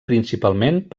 principalment